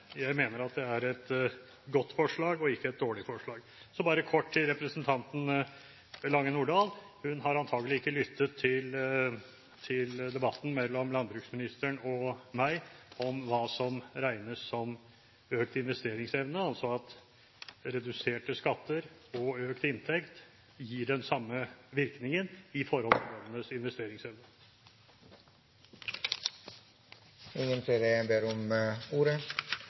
jeg mener det er et godt forslag – ikke et dårlig forslag. Så bare kort til representanten Lange Nordahl. Hun har antagelig ikke lyttet til debatten mellom landbruksministeren og meg om hva som regnes som økt investeringsevne, altså at reduserte skatter og økt inntekt gir den samme virkningen når det gjelder bøndenes investeringsevne. Flere har ikke bedt om ordet